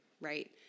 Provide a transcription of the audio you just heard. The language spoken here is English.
right